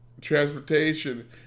transportation